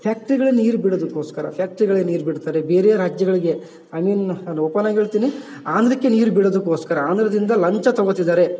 ಫ್ಯಾಕ್ಟ್ರಿಗಳ ನೀರು ಬಿಡೋದಕ್ಕೋಸ್ಕರ ಫ್ಯಾಕ್ಟ್ರಿಗಳಿಗೆ ನೀರು ಬಿಡ್ತಾರೆ ಬೇರೆ ರಾಜ್ಯಗಳಿಗೆ ಐ ಮೀನ್ ಅದು ಓಪನ್ ಆಗಿ ಹೇಳ್ತೀನಿ ಆಂಧ್ರಕ್ಕೆ ನೀರು ಬಿಡೋದಕ್ಕೋಸ್ಕರ ಆಂಧ್ರದಿಂದ ಲಂಚ ತಗೋತಿದಾರೆ